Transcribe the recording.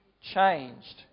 changed